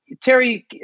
Terry